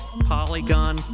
Polygon